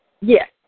Yes